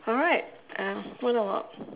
alright uh what about